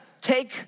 take